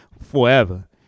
forever